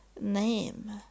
name